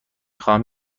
خواهم